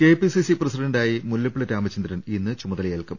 KPCC പ്രസിഡന്റായി മുല്ലപ്പള്ളി രാമചന്ദ്രൻ ഇന്ന് ചുമതലയേൽക്കും